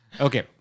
Okay